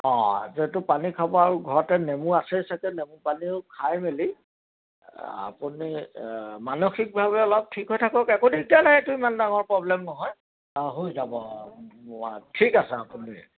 অঁ যিহেতু পানী খাব আৰু ঘৰতে নেমু আছেই চাগৈ নেমু পানীও খাই মেলি আপুনি মানসিকভাৱে অলপ ঠিক হৈ থাকক একো দিগদাৰ নাই এইটো ইমান ডাঙৰ প্ৰব্লেম নহয় হৈ যাব ঠিক আছে আপুনি